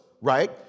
right